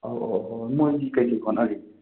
ꯑꯧ ꯑꯧ ꯃꯣꯏꯗꯤ ꯀꯔꯤ ꯀꯔꯤ ꯍꯣꯠꯅꯔꯤ